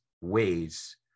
ways